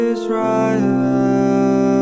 Israel